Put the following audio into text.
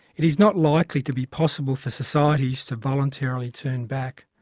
it is not likely to be possible for societies to voluntarily turn back.